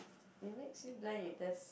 it makes you blind it does